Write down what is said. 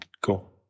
Cool